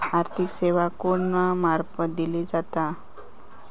आर्थिक सेवा कोणा मार्फत दिले जातत?